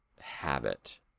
habit